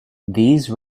these